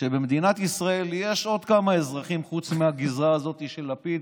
שבמדינת ישראל יש עוד כמה אזרחים חוץ מהגזרה הזאת של לפיד